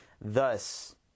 Thus